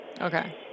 okay